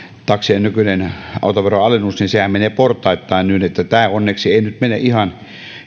taksien nykyinen autoveroalennushan menee portaittain niin että tämä onneksi ei nyt mene ihan